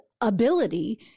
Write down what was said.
ability